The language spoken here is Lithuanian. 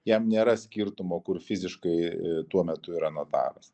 jam nėra skirtumo kur fiziškai tuo metu yra notaras